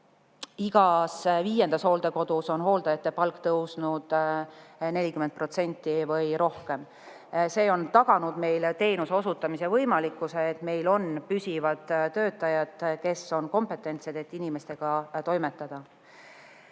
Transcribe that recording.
Igas viiendas hooldekodus on hooldajate palk tõusnud 40% või rohkem. See on taganud meile teenuse osutamise võimalikkuse, et meil on püsivad töötajad, kes on kompetentsed, et inimestega toimetada.